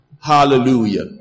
Hallelujah